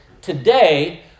Today